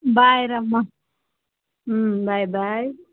బాయ్రామ్మా bye bye